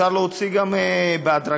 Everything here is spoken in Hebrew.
אפשר להוציא גם בהדרגה.